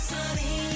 Sunny